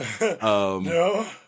no